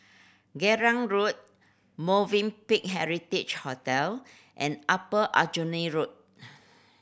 Geylang Road Movenpick Heritage Hotel and Upper Aljunied Road